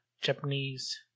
Japanese